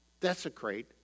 desecrate